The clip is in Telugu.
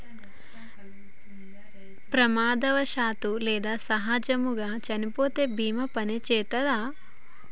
ప్రమాదవశాత్తు లేదా సహజముగా చనిపోతే బీమా పనిచేత్తదా?